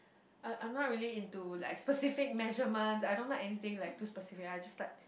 I I'm not really into like specific measurements I don't like anything like too specific I just like